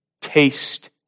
Taste